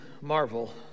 marvel